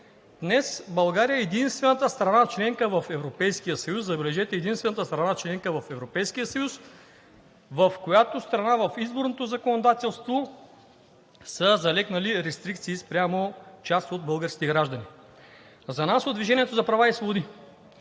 забележете, единствената страна – членка в Европейския съюз, в която страна в изборното законодателство са залегнали рестрикции спрямо част от българските граждани. За нас от „Движението за права и свободи“